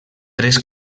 tres